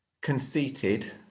conceited